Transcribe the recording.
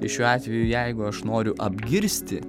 šiuo atveju jeigu aš noriu apgirsti